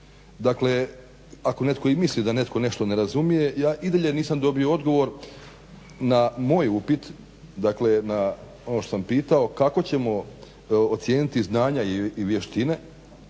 ne, ako netko i misli da netko nešto ne razumije ja i dalje nisam dobio odgovor na moj upit dakle na ono što sam pitao kako ćemo ocijeniti znanja i vještine